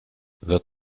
wird